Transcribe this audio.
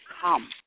come